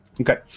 Okay